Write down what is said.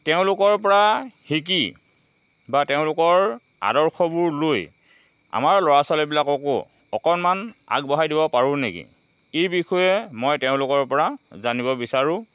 তেওঁলোকৰ পৰা শিকি বা তেওঁলোকৰ আদৰ্শবোৰ লৈ আমাৰ ল'ৰা ছোৱালীবিলাককো অকণমান আগবঢ়াই নিব পাৰোঁ নেকি এই বিষয়ে মই তেওঁলোকৰ পৰা জানিব বিচাৰোঁ